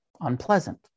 unpleasant